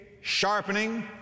sharpening